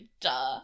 duh